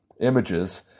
images